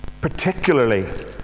particularly